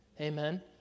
Amen